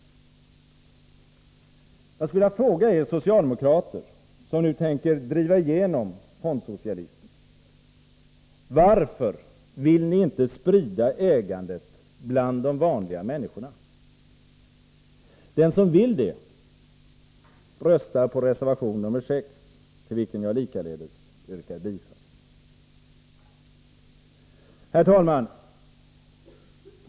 Jag skulle vilja fråga er socialdemokrater, som nu tänker driva igenom fondsocialismen: Varför vill ni inte sprida ägandet bland de vanliga människorna? Den som vill det röstar på reservation nr 6, till vilken jag likaledes yrkar bifall. Herr talman!